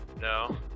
No